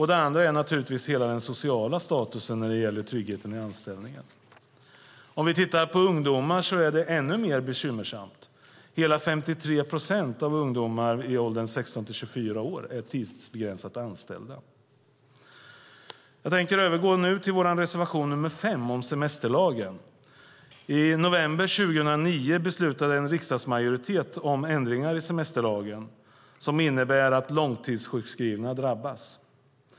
Det andra exemplet är hela den sociala statusen när det gäller tryggheten i anställningen. För ungdomar är det ännu mer bekymmersamt. 53 procent av ungdomarna i åldern 16-24 har tidsbegränsade anställningar. Jag övergår nu till reservation 5 om semesterlagen. I november 2009 beslutade en riksdagsmajoritet om ändringar i semesterlagen, som innebär att långtidssjukskrivna drabbas.